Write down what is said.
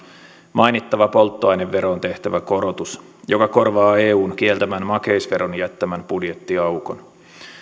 mainittava polttoaineveroon tehtävä korotus joka korvaa eun kieltämän makeisveron jättämän budjettiaukon